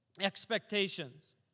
Expectations